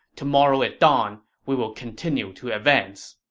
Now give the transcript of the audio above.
tomorrow at dawn, we will continue to advance.